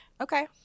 okay